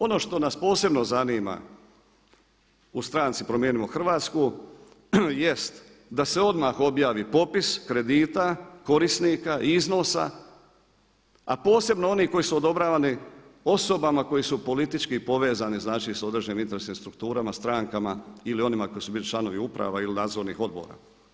Ono što nas posebno zanima u stranci Promijenimo Hrvatsku jest da se odmah objavi popis kredita, korisnika i iznosa a posebno onih koji su odobravani osobama koji su politički povezani znači sa određenim interesnim strukturama strankama ili onima koji su bili članovi uprava ili nadzornih odbora.